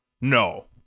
No